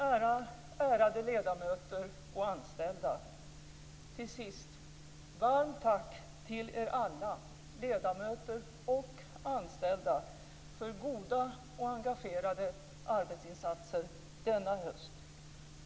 Ärade riksdagsledamöter och anställda! Till sist: Varmt tack till er alla - ledamöter och anställda - för goda och engagerade arbetsinsatser denna höst.